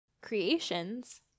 creations